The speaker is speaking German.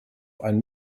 ein